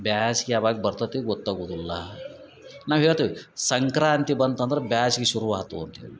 ಬೇಸ್ಗೆ ಯಾವಾಗ ಬರ್ತತಿ ಗೊತ್ತಾಗುವುದಿಲ್ಲ ನಾವು ಹೇಳ್ತೀವಿ ಸಂಕ್ರಾಂತಿ ಬಂತಂದ್ರೆ ಬ್ಯಾಸ್ಗೆ ಶುರು ಆಯ್ತು ಅಂತ್ಹೇಳಿ